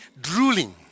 drooling